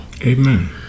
Amen